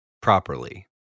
properly